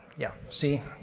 yeah, see?